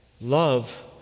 Love